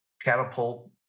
catapult